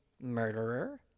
murderer